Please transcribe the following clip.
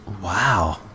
Wow